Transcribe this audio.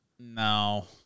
No